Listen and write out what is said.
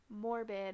Morbid